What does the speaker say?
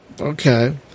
Okay